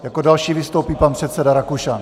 Jako další vystoupí pan předseda Rakušan.